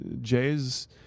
Jays